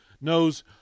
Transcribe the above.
knows